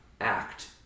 act